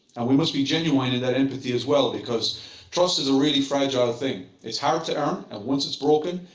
and we must be genuine and that empathy as well, because trust is a really fragile thing. it's hard to earn. and once it's broken,